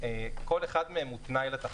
כל אחד מהם הוא תנאי לתחרות.